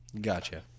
Gotcha